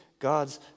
God's